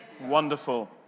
Wonderful